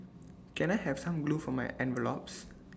can I have some glue for my envelopes